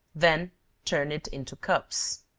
then turn it into cups.